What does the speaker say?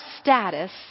status